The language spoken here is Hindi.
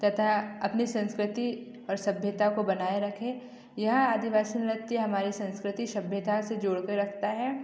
तथा अपने संस्कृति और सभ्यता को बनाए रखें यह आदिवासी नृत्य हमारी संस्कृति सभ्यता से जोड़ के रखता है